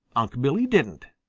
unc' billy didn't.